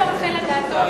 הכנסת (תיקון, תקופת צינון לאנשי תקשורת)